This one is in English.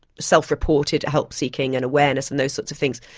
self-reported help-seeking and awareness and those sorts of things,